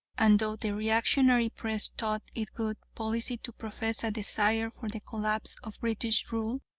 and though the reactionary press thought it good policy to profess a desire for the collapse of british rule,